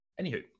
Anywho